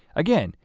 again,